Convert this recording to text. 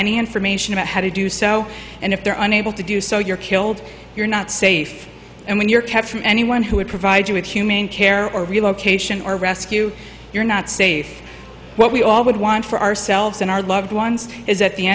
any information about how to do so and if they're unable to do so you're killed you're not safe and when you're kept from anyone who would provide you with humane care or relocation or rescue you're not safe what we all would want for ourselves and our loved ones is at the